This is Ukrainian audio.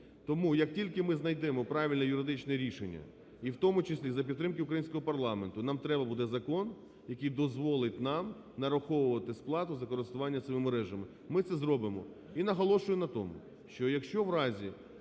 Тому як тільки ми знайдемо правильне юридичне рішення, і в тому числі за підтримки українського парламенту, нам треба буде закон, який дозволить нам нараховувати сплату за користування цими мережами. Ми це зробимо. І наголошую на тому, що якщо в разі